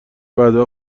بعدها